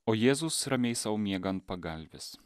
o jėzus ramiai sau miega ant pagalvės